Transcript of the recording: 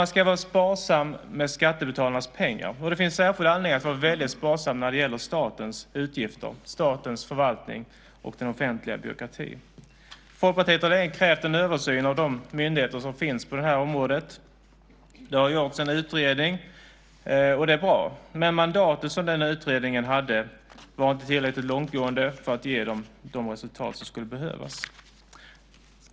Man ska vara sparsam med skattebetalarnas pengar, och det finns särskild anledning att vara väldigt sparsam när det gäller statens utgifter, statens förvaltning och den offentliga byråkratin. Folkpartiet har länge krävt en översyn av de myndigheter som finns på det här området. Det har gjorts en utredning, och det är bra. Men mandatet som den utredningen hade var inte tillräckligt långtgående för att ge de resultat som skulle behövas.